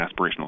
aspirational